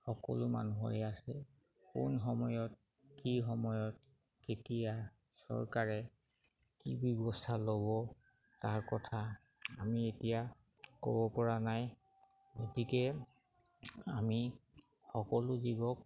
সকলো মানুহৰে আছে কোন সময়ত কি সময়ত কেতিয়া চৰকাৰে কি ব্যৱস্থা ল'ব তাৰ কথা আমি এতিয়া ক'বপৰা নাই গতিকে আমি সকলো জীৱক